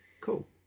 cool